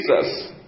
Jesus